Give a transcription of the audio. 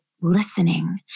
listening